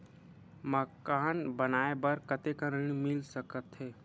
मकान बनाये बर कतेकन ऋण मिल सकथे?